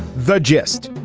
the gist.